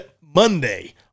Monday